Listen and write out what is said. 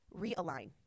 realign